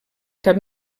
cap